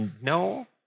No